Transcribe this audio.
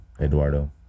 Eduardo